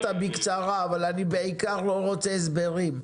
בקצרה, אבל אני בעיקר לא רוצה הסברים.